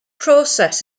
process